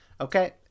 okay